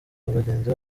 bagenzi